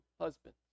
husband